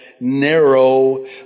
narrow